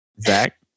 Zach